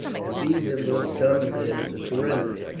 and these at once summoned him to surrender.